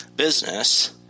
Business